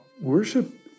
worship